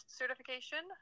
certification